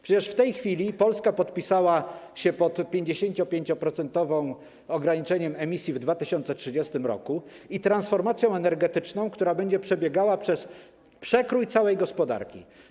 Przecież w tej chwili Polska podpisała się pod 55-procentowym ograniczeniem emisji w 2030 r. i transformacją energetyczną, która będzie przebiegała przez przekrój całej gospodarki.